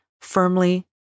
firmly